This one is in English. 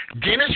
Dennis